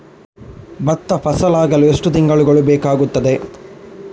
ಭತ್ತ ಫಸಲಾಗಳು ಎಷ್ಟು ತಿಂಗಳುಗಳು ಬೇಕಾಗುತ್ತದೆ?